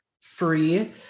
free